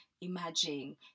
imagine